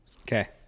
Okay